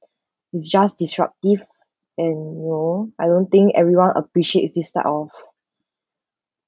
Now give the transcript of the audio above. he's just disruptive and you know I don't think everyone appreciates this art oh